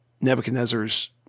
Nebuchadnezzar's